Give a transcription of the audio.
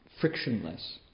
frictionless